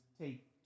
take